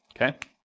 Okay